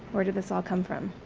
where did this all come from?